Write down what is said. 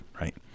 right